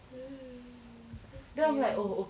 !ee! so scary